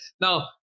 Now